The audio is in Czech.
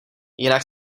jinak